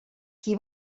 qui